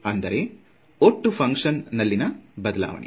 ಅಂದರೆ ಒಟ್ಟು ಕಾರ್ಯ ದಲ್ಲಿನ ಬದಲಾವಣೆ